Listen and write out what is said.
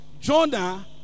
Jonah